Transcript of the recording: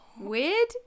Weird